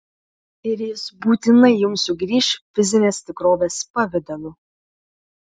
ir jis būtinai jums sugrįš fizinės tikrovės pavidalu